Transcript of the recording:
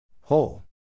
Whole